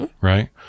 Right